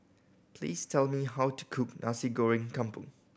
please tell me how to cook Nasi Goreng Kampung